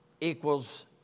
equals